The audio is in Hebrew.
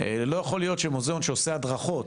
לא יכול להיות שמוזיאון שעושה הדרכות,